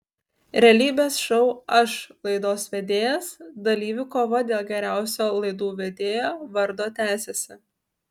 realybės šou aš laidos vedėjas dalyvių kova dėl geriausio laidų vedėjo vardo tęsiasi